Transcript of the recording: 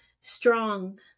strong